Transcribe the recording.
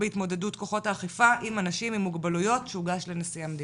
בהתמודדות כוחות האכיפה עם אנשים עם מוגבלויות שהוגש לנשיא המדינה.